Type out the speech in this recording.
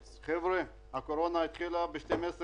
חבר'ה, הקורונה התחילה ב-12 במרץ.